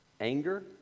anger